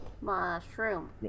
Mushroom